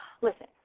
Listen